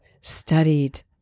studied